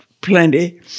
plenty